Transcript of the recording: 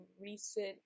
recent